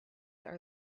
are